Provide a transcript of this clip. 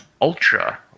ultra